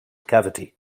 cavity